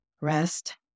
rest